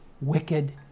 wicked